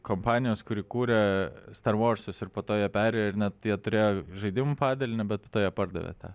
kompanijos kuri kūrė starvordsus ir po to jie perėjo ir net jie turėjo žaidimų padalinį bet po to jie pardavė tą